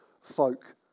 folk